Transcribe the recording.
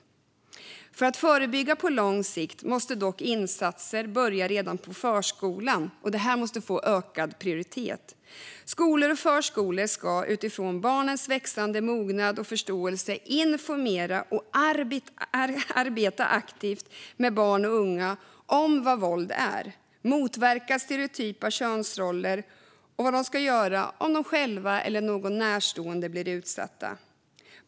För att förebygga på lång sikt måste dock insatser börja redan i förskolan, och detta måste få ökad prioritet. Skolor och förskolor ska utifrån barnens växande mognad och förståelse informera och arbeta aktivt med barn och unga om vad våld är, motverka stereotypa könsroller och ta upp vad barnen ska göra om de själva eller någon närstående blir utsatta.